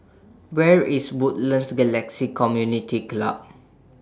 Where IS Woodlands Galaxy Community Club